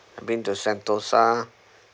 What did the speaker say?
I've been to sentosa